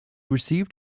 received